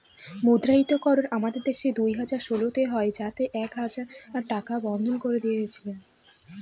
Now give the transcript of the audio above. মুদ্রাহিতকরণ আমাদের দেশে দুই হাজার ষোলোতে হয় যাতে এক হাজার টাকা বন্ধ করে দিয়েছিল